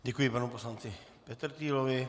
Děkuji panu poslanci Petrtýlovi.